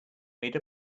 made